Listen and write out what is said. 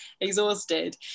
exhausted